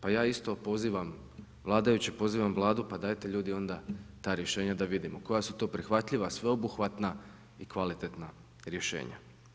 Pa ja isto pozivam vladajuće, pozivam Vladu pa dajte ljudi onda ta rješenja da vidimo koja su to prihvatljiva, sveobuhvatna i kvalitetna rješenja.